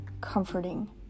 comforting